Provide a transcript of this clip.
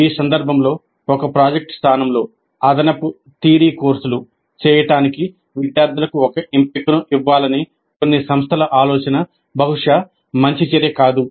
ఈ సందర్భంలో ఒక ప్రాజెక్ట్ స్థానంలో అదనపు థియరీ కోర్సులు చేయడానికి విద్యార్థులకు ఒక ఎంపికను ఇవ్వాలనే కొన్ని సంస్థల ఆలోచన బహుశా మంచి చర్య కాదు